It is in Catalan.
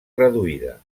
reduïda